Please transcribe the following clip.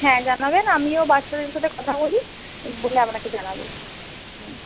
হ্যাঁ জানাবেন আমিও বাচ্চাদের সাথে কথা বলি বলে আপনাকে জানাবো